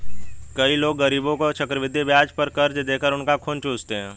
कई लोग गरीबों को चक्रवृद्धि ब्याज पर कर्ज देकर उनका खून चूसते हैं